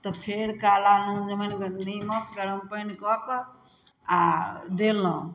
तऽ फेर काला नून जमाइनमे नीमक गरम पानिकऽ कऽ आ देलहुँ